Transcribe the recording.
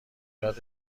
یاد